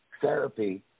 therapy